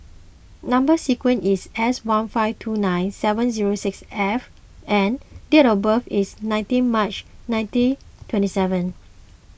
Number Sequence is S one five two nine seven zero six F and date of birth is nineteen March nineteen twenty seven